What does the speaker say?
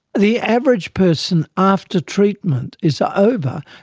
the average person, after treatment is ah over,